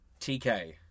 TK